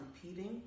competing